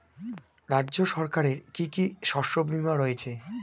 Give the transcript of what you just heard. রাজ্য সরকারের কি কি শস্য বিমা রয়েছে?